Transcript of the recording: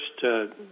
first